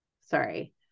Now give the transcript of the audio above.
sorry